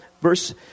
verse